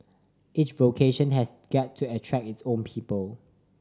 each vocation has got to attract its own people